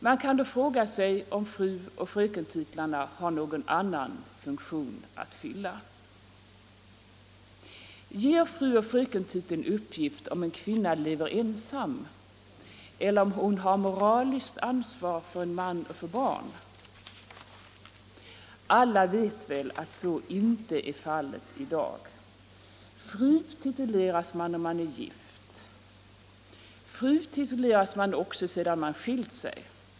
Man kan då fråga sig om fruoch frökentitlarna har någon annan funktion att fylla. Säger frueller frökentiteln om en kvinna lever ensam eller om hon har moraliskt ansvar för en man och för barn? Alla vet väl att så inte är fallet i dag. Fru tituleras man om man är gift. Fru tituleras man även sedan man skilt sig.